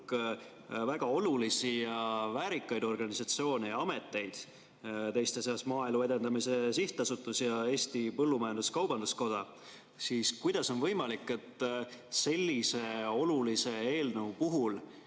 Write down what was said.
väga olulisi ja väärikaid organisatsioone ja ameteid, teiste seas Maaelu Edendamise Sihtasutus ja Eesti Põllumajandus-Kaubanduskoda, siis kuidas on võimalik, et sellise olulise eelnõu puhul